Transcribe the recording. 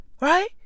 Right